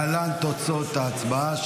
להלן תוצאות ההצבעה,